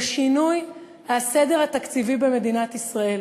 לשינוי הסדר התקציבי במדינת ישראל.